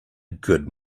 good